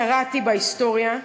קראתי היסטוריה.